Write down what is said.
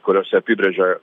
kuriose apibrėžė